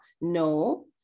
no